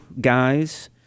guys